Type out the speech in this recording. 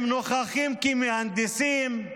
הם נוכחים כמהנדסים,